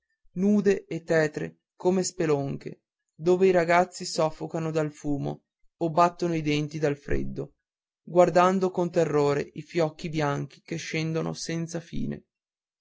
nude e tetre come spelonche dove i ragazzi soffocano dal fumo o battono i denti dal freddo guardando con terrore i fiocchi bianchi che scendono senza fine